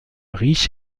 riches